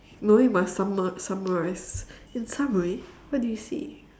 no we must summa~ summarize in summary what do you see